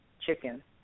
chicken